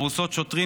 ארוסות שוטרים,